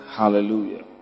Hallelujah